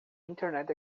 internet